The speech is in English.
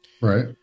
Right